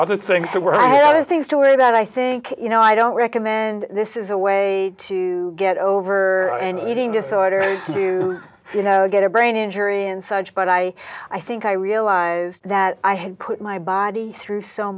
other things that were right there are things to worry about i think you know i don't recommend this is a way to get over an eating disorder as you you know get a brain injury and such but i i think i realized that i had put my body through so